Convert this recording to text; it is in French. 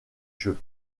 jeux